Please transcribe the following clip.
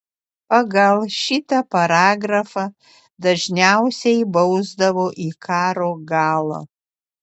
pagal šitą paragrafą dažniausiai bausdavo į karo galą